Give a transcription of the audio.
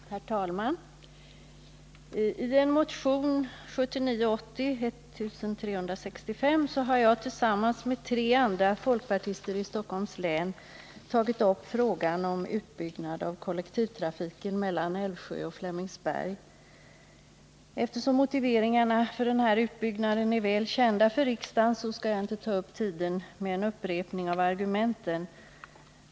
Herr talman! I en motion, nr 1979/80:1365, har jag tillsammans med tre andra folkpartister i Stockholms län tagit upp frågan om utbyggnad av kollektivtrafiken mellan Älvsjö och Flemingsberg. Eftersom motiveringarna för den här utbyggnaden är väl kända för riksdagen, skall jag inte nu ta upp tiden med en upprepning av argumenten.